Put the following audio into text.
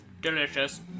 Delicious